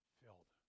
filled